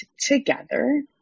together